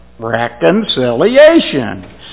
Reconciliation